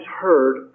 heard